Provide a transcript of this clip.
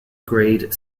grade